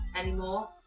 anymore